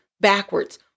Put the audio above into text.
backwards